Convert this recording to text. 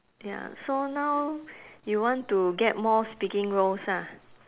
ya so now you want to get more speaking roles ah